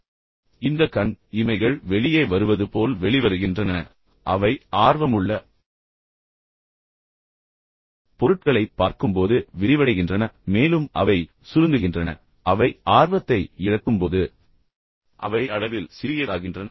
எனவே இந்த கண் இமைகள் வெளியே வருவது போல் வெளிவருகின்றன அவை ஆர்வமுள்ள பொருட்களைப் பார்க்கும்போது விரிவடைகின்றன மேலும் அவை சுருங்குகின்றன அவை ஆர்வத்தை இழக்கும்போது அல்லது சலிப்பை உணரும்போது அவை அளவில் சிறியதாகின்றன